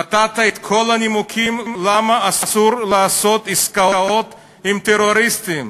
נתת את כל הנימוקים למה אסור לעשות עסקאות עם טרוריסטים,